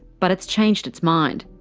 but it's changed its mind.